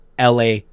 LA